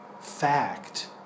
fact